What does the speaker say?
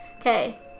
Okay